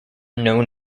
known